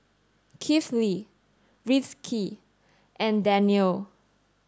Kifli Rizqi and Danial